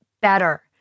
better